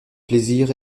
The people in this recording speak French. plaisir